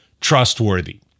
trustworthy